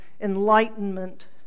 enlightenment